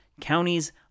counties